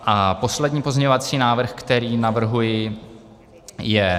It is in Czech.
A poslední pozměňovací návrh, který navrhuji, je...